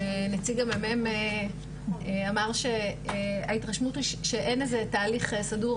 שנציג המ"מ אמר שההתרשמות היא שאין איזה תהליך סדור,